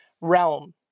realm